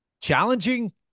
challenging